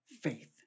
faith